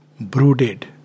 brooded